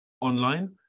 online